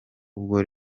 ubwo